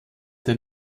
der